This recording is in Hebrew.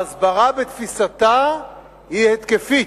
ההסברה, בתפיסתה היא התקפית.